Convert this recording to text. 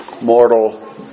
mortal